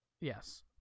Yes